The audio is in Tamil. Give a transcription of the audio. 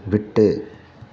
விட்டு